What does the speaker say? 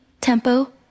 tempo